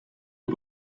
est